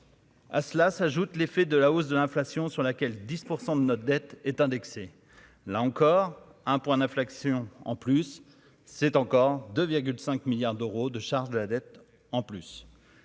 à cela s'ajoute l'effet de la hausse de l'inflation sur laquelle 10 % de notre dette est indexé là encore un point d'inflexion, en plus, c'est encore de 5 milliards d'euros de charges de la dette en plus